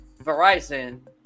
Verizon